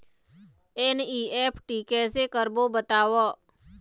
NEFT कैसे करबो बताव?